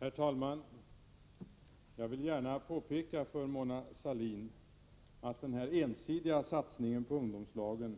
Herr talman! Jag vill gärna för Mona Sahlin påpeka att den ensidiga satsningen på ungdomslagen